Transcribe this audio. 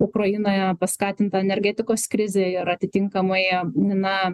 ukrainoje paskatinta energetikos krizė ir atitinkamai na